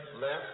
left